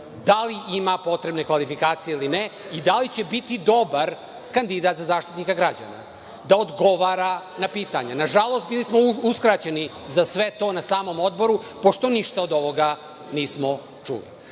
da li ima potrebne kvalifikacije, ili ne, i da li će biti dobar kandidat za Zaštitnika građana, da odgovara na pitanja. Nažalost, bili smo uskraćeni za sve to na samom Odboru, pošto ništa od ovoga nismo